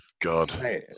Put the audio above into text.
God